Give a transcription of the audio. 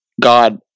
God